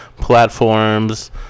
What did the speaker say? platforms